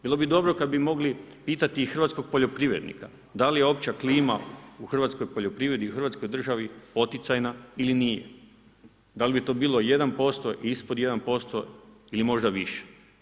Bilo bi dobro kada bi mogli pitati i hrvatskog poljoprivrednika da li je opća klima u hrvatskoj poljoprivredi i u Hrvatskoj državi poticajna ili nije, da li bi to bilo 1% ili ispod 1% ili možda više?